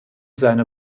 seine